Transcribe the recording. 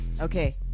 Okay